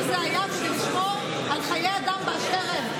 זה היה כדי לשמור על חיי אדם באשר הם.